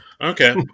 Okay